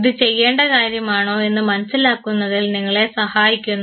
ഇത് ചെയ്യേണ്ട കാര്യമാണോ dos എന്നു മനസിലാക്കുന്നതിൽ നിങ്ങളെ സഹായിക്കുന്നു